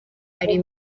ari